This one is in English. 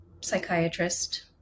psychiatrist